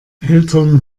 eltern